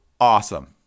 awesome